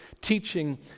teaching